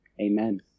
Amen